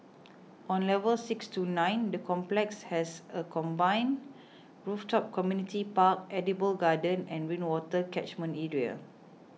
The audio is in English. on levels six to nine the complex has a combined rooftop community park edible garden and rainwater catchment area